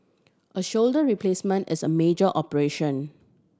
a shoulder replacement is a major operation